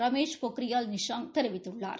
ரமேஷ் பொசியால் நிஷாங் தெரிவித்துள்ளார்